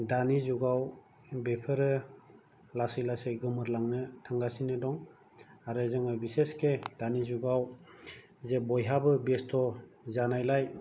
दानि जुगाव बेफोरो लासै लासै गोमोर लांनो थांगासिनो दं आरो जोङो बिसेसके दानि जुगाव जे बयहाबो बेस्थ' जानायलाय